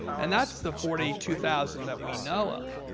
and that's the forty two thousand that we know of,